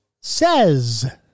says